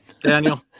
Daniel